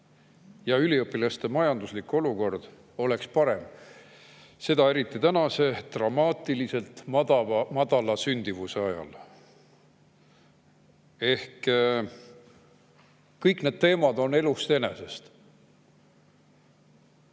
ja üliõpilaste majanduslik olukord oleks parem, seda eriti tänase dramaatiliselt madala sündimuse ajal. Kõik need teemad on elust enesest.